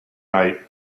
night